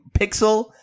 pixel